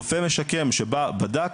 רופא משקם שבדק,